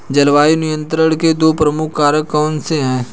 जलवायु नियंत्रण के दो प्रमुख कारक कौन से हैं?